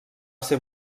ser